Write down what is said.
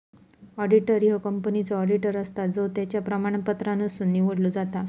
auditor ह्यो कंपनीचो auditor असता जो त्याच्या प्रमाणपत्रांमधसुन निवडलो जाता